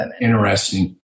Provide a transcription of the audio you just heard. interesting